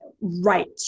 right